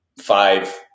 five